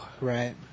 Right